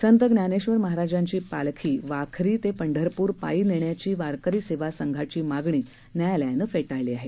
संत ज्ञानेश्वर महाराजांची पालखी वाखरी ते पंढरपूर पायी नेण्याची वारकरी सेवा संघाची मागणी न्यायालयानं फेटाळली आहे